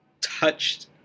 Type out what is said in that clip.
touched